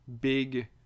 big